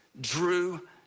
drew